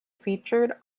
featured